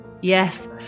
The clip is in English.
yes